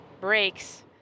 breaks